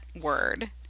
word